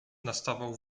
nastawał